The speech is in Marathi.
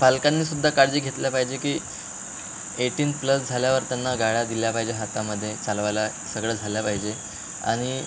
पालकांनीसुद्धा काळजी घेतली पाहिजे की एटीन प्लस झाल्यावर त्यांना गाड्या दिल्या पाहिजे हातामध्ये चालवायला सगळं झालं पाहिजे आणि